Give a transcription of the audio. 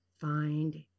find